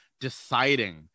deciding